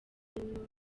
turimo